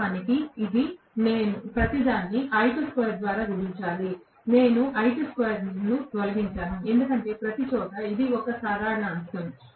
వాస్తవానికి నేను ప్రతిదాన్ని I2'2 ద్వారా గుణించాలి నేను I2'2 ను తొలగించాను ఎందుకంటే ప్రతిచోటా ఇది ఒక సాధారణ అంశం